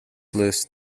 list